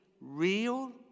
real